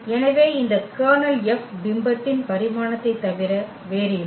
எனவே இந்த kernel F பிம்பத்தின் பரிமாணத்தைத் தவிர வேறில்லை